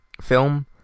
film